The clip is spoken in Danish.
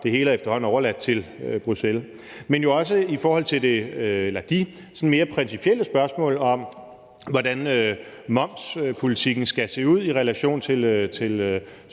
det hele er efterhånden overladt til Bruxelles – men det er også i forhold til de sådan mere principielle spørgsmål om, hvordan momspolitikken skal se ud i relation til